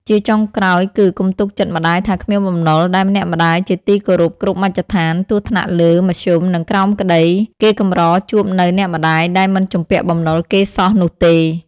ជាចុងក្រោយគឺ កុំទុកចិត្តម្តាយថាគ្មានបំណុល ដែលអ្នកម្ដាយជាទីគោរពគ្រប់មជ្ឈដ្ឋាន ទោះថ្នាក់លើ មធ្យម និងក្រោមក្ដី គេកម្រជួបនូវអ្នកម្ដាយដែលមិនជំពាក់បំណុលគេសោះនោះទេ ។